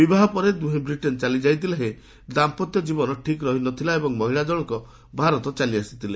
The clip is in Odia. ବିବାହ ପରେ ଦୁହେଁ ବ୍ରିଟେନ୍ ଚାଲିଯାଇଥିଲେ ହେଁ ଦାମ୍ପତ୍ୟ ଜୀବନ ଠିକ୍ ରହିନଥିଲା ଏବଂ ମହିଳା ଜଣଙ୍କ ଭାରତ ଚାଲିଆସିଥିଲେ